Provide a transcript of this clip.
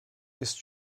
ist